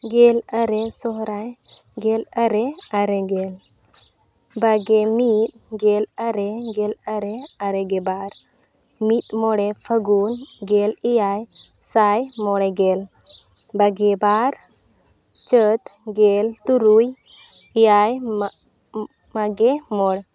ᱜᱮᱞ ᱟᱨᱮ ᱥᱚᱦᱚᱨᱟᱭ ᱜᱮᱞ ᱟᱨᱮ ᱟᱨᱮ ᱜᱮᱞ ᱵᱟᱜᱮ ᱢᱤᱫ ᱜᱮᱞ ᱟᱨᱮ ᱜᱮᱞ ᱟᱨᱮ ᱟᱨᱮ ᱜᱮ ᱵᱟᱨ ᱢᱤᱫ ᱢᱚᱬᱮ ᱯᱷᱟᱹᱜᱩᱱ ᱜᱮᱞ ᱮᱭᱟᱭ ᱥᱟᱭ ᱢᱚᱬᱮ ᱜᱮᱞ ᱵᱟᱜᱮ ᱵᱟᱨ ᱪᱟᱹᱛ ᱜᱮᱞ ᱛᱩᱨᱩᱭ ᱮᱭᱟᱭ ᱢᱟᱜᱮ ᱢᱚᱲ